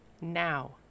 now